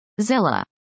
Zilla